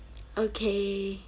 okay